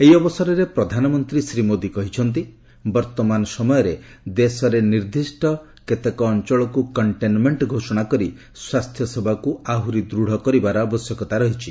ଏହି ଅବସରରେ ପ୍ରଧାନମନ୍ତ୍ରୀ ଶ୍ରୀ ମୋଦୀ କହିଛନ୍ତି ବର୍ତ୍ତମାନ ସମୟରେ ଦେଶରେ ନିର୍ଦ୍ଦିଷ୍ଟ ଅଞ୍ଚଳକୁ କଣ୍ଟେନ୍ମେଣ୍ଟ ଘୋଷଣା କରି ସ୍ୱାସ୍ଥ୍ୟ ସେବାକୁ ଆହୁରି ଦୂଢ଼ କରିବାର ଆବଶ୍ୟକତା ରହିଛି